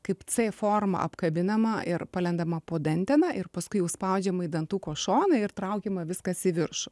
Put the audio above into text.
kaip c forma apkabinama ir palenkdama po dantena ir paskui jau spaudžiama į dantuko šoną ir traukiama viskas į viršų